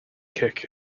kick